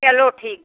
चलो ठीक